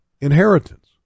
inheritance